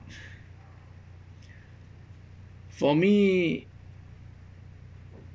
for me